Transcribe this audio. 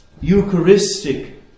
Eucharistic